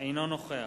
אינו נוכח